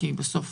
כי בסוף